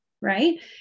right